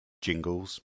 jingles